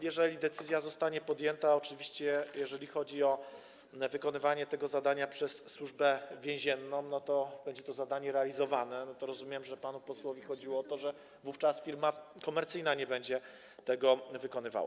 Jeżeli decyzja zostanie podjęta, oczywiście jeżeli chodzi o wykonywanie tego zadania przez Służbę Więzienną, zadanie to będzie realizowane - rozumiem, że panu posłowi chodziło o to, że wówczas firma komercyjna nie będzie tego wykonywała.